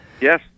Yes